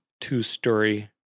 two-story